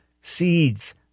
seeds